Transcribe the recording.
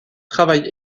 travaille